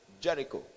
Jericho